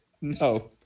No